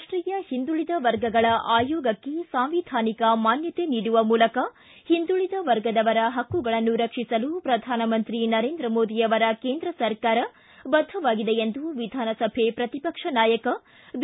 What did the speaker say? ರಾಷ್ಟೀಯ ಹಿಂದುಳಿದ ವರ್ಗಗಳ ಆಯೋಗಕ್ಕೆ ಸಾಂವಿಧಾನಿಕ ಮಾನ್ಯತೆ ನೀಡುವ ಮೂಲಕ ಹಿಂದುಳಿದ ವರ್ಗದವರ ಪಕ್ಕುಗಳನ್ನು ರಕ್ಷಿಸಲು ಪ್ರಧಾನಮಂತ್ರಿ ನರೇಂದ್ರ ಮೋದಿ ಅವರ ಕೇಂದ್ರ ಸರಕಾರ ಬದ್ದವಾಗಿದೆ ಎಂದು ವಿಧಾನಸಭೆ ಪ್ರತಿಪಕ್ಷ ನಾಯಕ ಬಿ